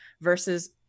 versus